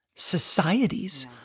societies